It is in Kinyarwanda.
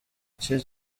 cye